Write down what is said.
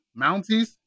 Mounties